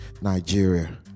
Nigeria